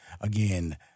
Again